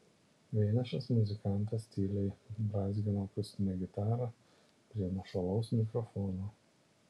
vienišas muzikantas tyliai brązgino akustinę gitarą prie nuošalaus mikrofono